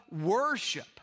worship